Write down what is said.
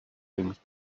things